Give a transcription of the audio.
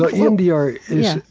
but emdr yeah